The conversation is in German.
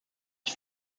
ich